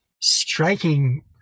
striking